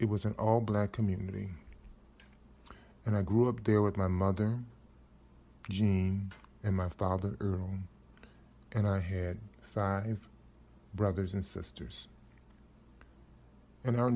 it was an all black community and i grew up there with my mother jean and my father earl and i had five brothers and sisters in our